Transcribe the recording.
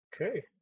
Okay